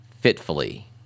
fitfully